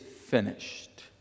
finished